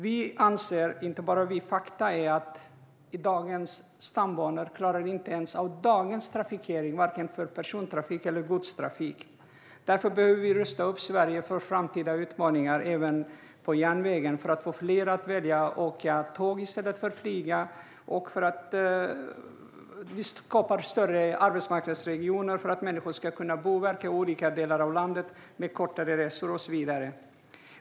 Vi anser, och fakta säger, att dagens stambanor inte ens klarar av dagens trafik, vare sig persontrafiken eller godstrafiken. Därför behöver vi rusta upp även järnvägen i Sverige för framtida utmaningar, för att få fler att välja att åka tåg i stället för att flyga och för att skapa större arbetsmarknadsregioner så att människor ska kunna bo och verka i olika delar av landet och få kortare resor och så vidare.